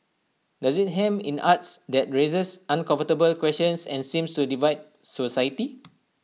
does IT hem in arts that raises uncomfortable questions and seems to divide society